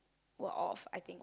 were off I think